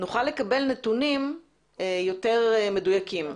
נוכל לקבל נתונים יותר מדויקים.